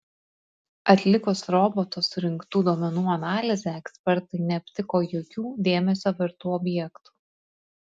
atlikus roboto surinktų duomenų analizę ekspertai neaptiko jokių dėmesio vertų objektų